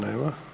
Nema.